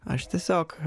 aš tiesiog